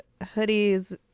hoodies